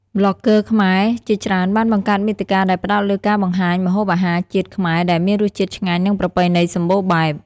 ប្លុកហ្គើខ្មែរជាច្រើនបានបង្កើតមាតិកាដែលផ្ដោតលើការបង្ហាញម្ហូបអាហារជាតិខ្មែរដែលមានរសជាតិឆ្ងាញ់និងប្រពៃណីសម្បូរបែប។